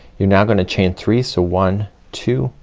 you're now gonna chain three. so one, two,